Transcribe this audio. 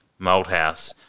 Malthouse